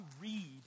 read